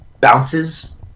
bounces